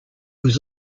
was